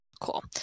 cool